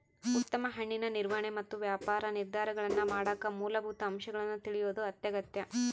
ಉತ್ತಮ ಹಣ್ಣಿನ ನಿರ್ವಹಣೆ ಮತ್ತು ವ್ಯಾಪಾರ ನಿರ್ಧಾರಗಳನ್ನಮಾಡಕ ಮೂಲಭೂತ ಅಂಶಗಳನ್ನು ತಿಳಿಯೋದು ಅತ್ಯಗತ್ಯ